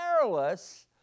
perilous